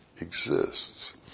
exists